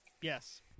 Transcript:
Yes